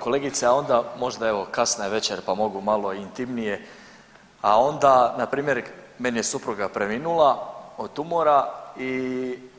Kolegice, a onda možda, evo kasna je večer pa mogu malo i intimnije, a onda npr. meni je supruga preminula od tumora i